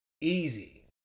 easy